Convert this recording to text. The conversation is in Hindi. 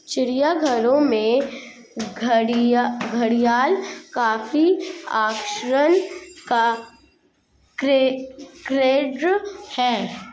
चिड़ियाघरों में घड़ियाल काफी आकर्षण का केंद्र है